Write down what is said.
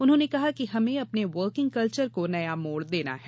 उन्होंने कहा कि हमें अपने वर्किंग कल्वर को नया मोड़ देना है